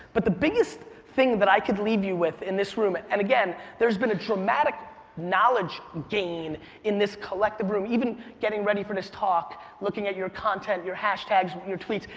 but the biggest thing that i could leave you with in this room, and again there's been a dramatic knowledge gain in this collective room, even getting ready for this talk, looking at your content, your hashtags, your tweets,